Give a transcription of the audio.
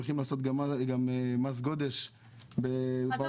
הולכים גם לעשות מס גודש בעוטף,